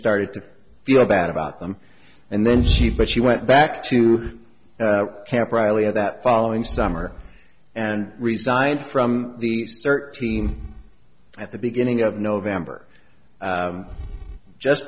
started to feel bad about them and then she but she went back to camp riley and that following summer and resigned from the thirteen at the beginning of november just